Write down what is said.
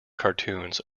cartoons